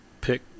pick